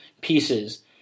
pieces